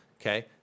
okay